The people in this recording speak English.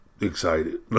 excited